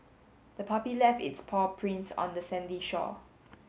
the puppy left its paw prints on the sandy shore